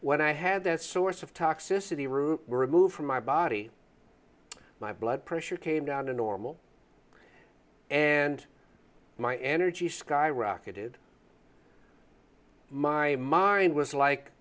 when i had that source of toxicity root removed from my body my blood pressure came down to normal and my energy skyrocketed my mind